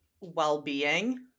well-being